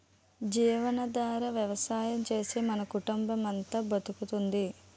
జీవనాధార వ్యవసాయం చేసే మన కుటుంబమంతా బతుకుతోంది